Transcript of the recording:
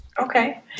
Okay